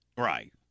right